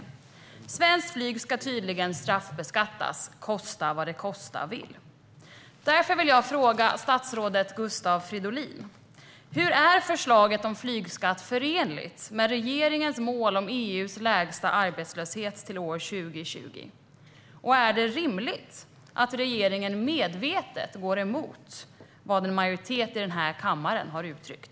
Svenskt flyg ska tydligen straffbeskattas - kosta vad det kosta vill. Jag vill fråga statsrådet Gustav Fridolin: Hur är förslaget om flygskatt förenligt med regeringens mål om EU:s lägsta arbetslöshet till år 2020? Och är det rimligt att regeringen medvetet går emot vad en majoritet i den här kammaren har uttryckt?